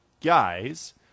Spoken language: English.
guys